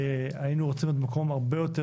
היינו רוצים להיות במקום הרבה יותר